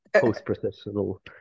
post-processional